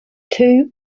two